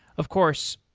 of course.